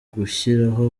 gushyiraho